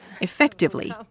Effectively